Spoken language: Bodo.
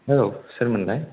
औ सोरमोनलाय